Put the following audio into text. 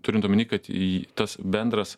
turint omeny kad į tas bendras